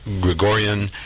Gregorian